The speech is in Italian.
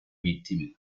vittime